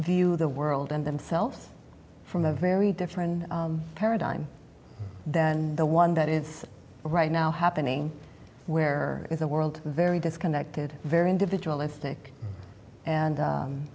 view the world and themselves from a very different paradigm than the one that is right now happening where is the world very disconnected very individualistic and